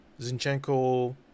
Zinchenko